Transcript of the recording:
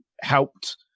helped